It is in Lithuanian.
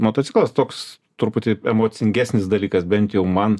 motociklas toks truputį emocingesnis dalykas bent jau man